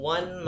One